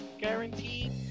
guaranteed